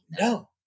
No